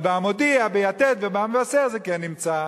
אבל ב"המודיע" וב"יתד" וב"המבשר" זה כן נמצא.